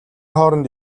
хооронд